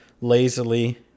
lazily